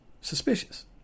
suspicious